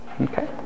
Okay